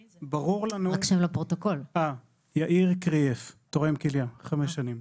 אני תורם כליה לפני חמש שנים.